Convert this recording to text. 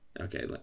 Okay